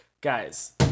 Guys